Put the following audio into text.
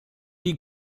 die